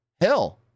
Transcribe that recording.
hell